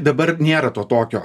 dabar nėra to tokio